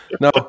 No